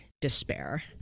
despair